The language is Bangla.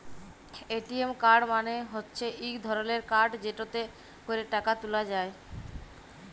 এ.টি.এম কাড় মালে হচ্যে ইক ধরলের কাড় যেটতে ক্যরে টাকা ত্যুলা যায়